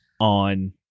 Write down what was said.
on